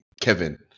Kevin